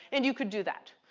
and you could do that.